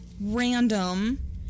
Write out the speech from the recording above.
random